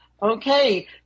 Okay